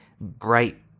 bright